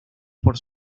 por